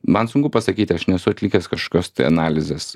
man sunku pasakyti aš nesu atlikęs kažkokios tai analizės